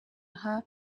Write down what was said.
aha